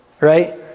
right